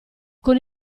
con